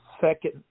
second